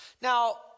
Now